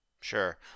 Sure